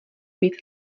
být